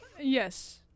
Yes